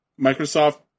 Microsoft